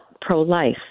pro-life